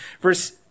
verse